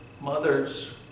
mothers